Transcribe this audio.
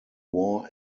war